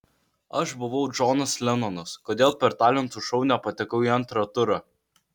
aš buvau džonas lenonas kodėl per talentų šou nepatekau į antrą turą